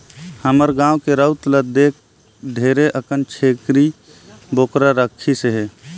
हमर गाँव के राउत ल देख ढेरे अकन छेरी बोकरा राखिसे